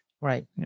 Right